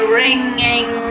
ringing